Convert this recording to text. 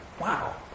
wow